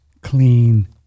clean